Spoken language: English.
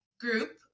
group